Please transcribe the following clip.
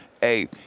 hey